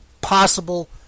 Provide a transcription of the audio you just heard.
possible